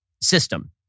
system